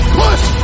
push